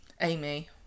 Amy